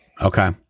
Okay